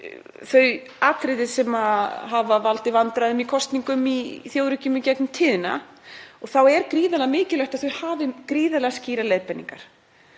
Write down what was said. þau atriði sem hafa valdið vandræðum í kosningum í þjóðríkjum í gegnum tíðina. Þá er gríðarlega mikilvægt að þau hafi gríðarlega skýrar leiðbeiningar